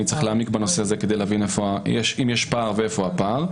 אני צריך להתעמק בנושא הזה כדי להבין האם יש פער ואיפה הפער.